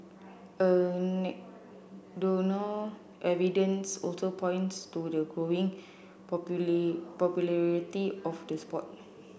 anecdotal evidence also points to the growing popularity of the sport